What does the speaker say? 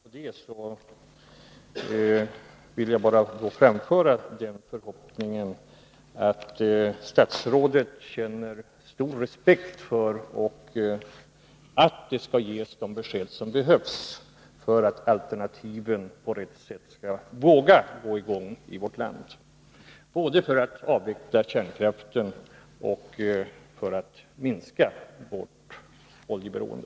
Herr talman! Jag tror alltså för min del att tekniska och ekonomiska orsaker kommer att föranleda avveckling i snabbare takt än vad många tror. Men skulle mitt antagande vara felaktigt och man skulle få en anhopning till åren närmast år 2010, då äventyras avvecklingen. Då är det inte Birgitta Dahl och jag som står här i talarstolen. Riksdagen kommer under denna period, på grund av utredningsarbete som pågår, att få ta en mera preciserad ställning till detta. I avvaktan på det vill jag bara framföra förhoppningen att statsrådet känner stor respekt för fattade beslut och att det skall ges de besked som behövs för att alternativen på rätt sätt skall kunna gå i gångi vårt land, både för att avveckla kärnkraften och för att minska vårt oljeberoende.